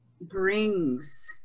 brings